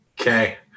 Okay